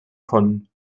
von